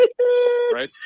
right